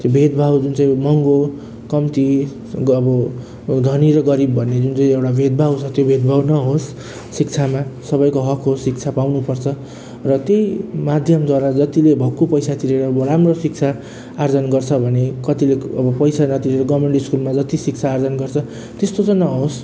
त्यो भेदभाव जुन चाहिँ महँगो कम्ती अब धनी र गरिब भन्ने जुन चाहिँ एउटा भेदभाव छ त्यो भेदभाव नहोस् शिक्षामा सबैको हक होस् शिक्षा पाउनु पर्छ र त्यही माध्यमद्वारा जतिले भक्कु पैसा तिरेर अब राम्रो शिक्षा आर्जन गर्छ भने कतिले अब पैसा नतिरेर गभर्मेन्ट स्कुलमा जति शिक्षा आर्जन गर्छ त्यस्तो चाहिँ नहोस्